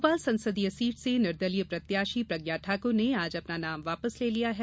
भोपाल संसदीय सीट से निर्दलीय प्रत्याशी प्रज्ञा ठाकुर ने आज अपना नाम वापस ले लिया है